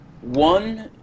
one